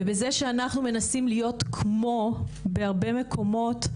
ובזה שאנחנו מנסות להיות כמו, בהרבה מקומות,